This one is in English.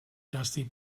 dusty